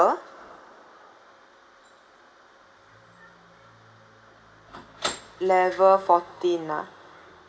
level fourteen ah